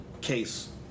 case